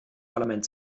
parlament